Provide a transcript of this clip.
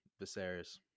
Viserys